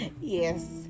Yes